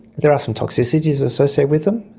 there are some toxicities associated with them.